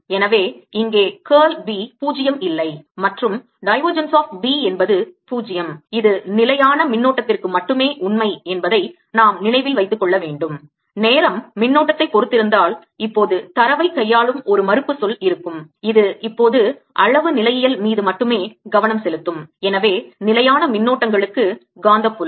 எனவே இங்கே curl B பூஜ்ஜியம் இல்லை மற்றும் divergence of B என்பது 0 இது நிலையான மின்னோட்டத்திற்கு மட்டுமே உண்மை என்பதை நாம் நினைவில் வைத்துக்கொள்ளவேண்டும் நேரம் மின்னோட்டத்தை பொறுத்திருந்தால் இப்போது தரவை கையாளும் ஒரு மறுப்பு சொல் இருக்கும் இது இப்போது அளவு நிலையியல் மீது மட்டுமே கவனம் செலுத்தும் எனவே நிலையான மின்னோட்டங்களுக்கு காந்தப் புலம்